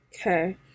Okay